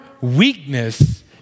weakness